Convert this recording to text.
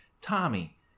Tommy